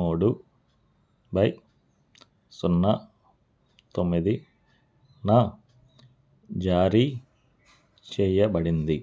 మూడు బై సున్నా తొమ్మిది జారీ చేయబడింది